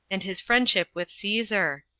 and his friendship with caesar.